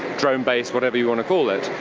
drone based, whatever you want to call it.